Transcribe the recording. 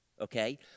Okay